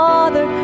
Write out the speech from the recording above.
Father